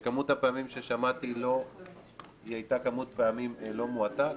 שכמות הפעמים ששמעתי לא הייתה כמות פעמים לא מועטה,